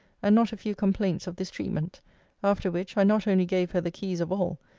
and not a few complaints of this treatment after which, i not only gave her the keys of all,